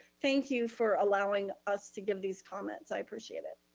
thank you for allowing us to give these comments. i appreciate it.